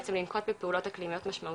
בעצם לנקוט בפעולות אקלימיות משמעותיות.